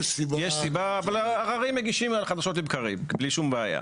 אבל עררים מגישים חדשות לבקרים בלי שום בעיה,